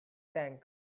tank